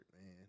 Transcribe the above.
man